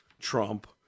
Trump